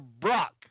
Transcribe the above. Brock